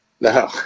No